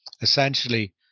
essentially